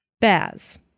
Baz